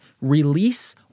release